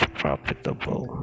profitable